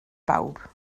bawb